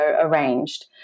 arranged